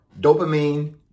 dopamine